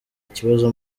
ikibazo